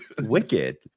wicked